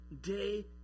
day